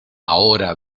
ahora